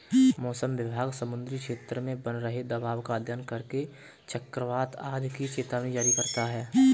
मौसम विभाग समुद्री क्षेत्र में बन रहे दबाव का अध्ययन करके चक्रवात आदि की चेतावनी जारी करता है